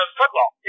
football